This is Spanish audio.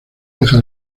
deja